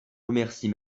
remercie